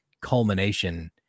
culmination